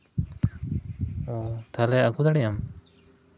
ᱚ ᱛᱟᱦᱞᱮ ᱟᱹᱜᱩ ᱫᱟᱲᱮᱭᱟᱜ ᱟᱢ